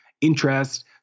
interest